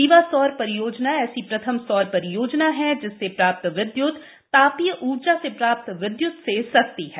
रीवा सौर परियोजना ऐसी प्रथम सौर परियोजना है जिससे प्राप्त विद्य्त तापीय ऊर्जा से प्राप्त विद्युत से सस्ती है